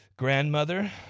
Grandmother